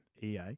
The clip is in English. EA